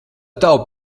tava